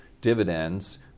dividends